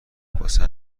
واسه